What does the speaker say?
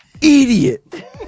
Idiot